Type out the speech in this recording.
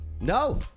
No